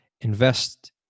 invest